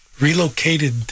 relocated